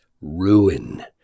ruin